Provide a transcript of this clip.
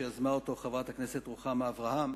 שיזמה אותו חברת הכנסת רוחמה אברהם,